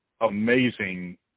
amazing